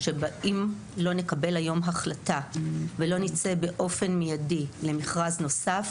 אם לא נקבל היום החלטה ולא נצא באופן מיידי למכרז נוסף,